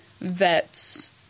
vets